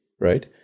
right